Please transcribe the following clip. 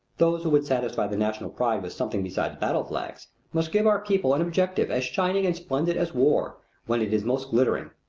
those who would satisfy the national pride with something besides battle flags must give our people an objective as shining and splendid as war when it is most glittering,